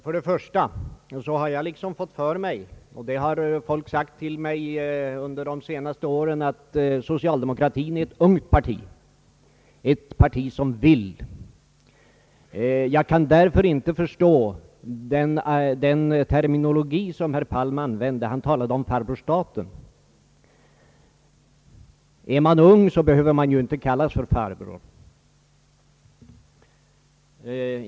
Först och främst har jag fått för mig — och det har folk sagt till mig under de senaste åren — att socialdemokratin är ett »ungt parti», ett parti som vill. Jag kan därför inte förstå den terminologi som herr Palm använde när han talade om »farbror staten». är man ung, behöver man inte kallas farbror.